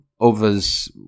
others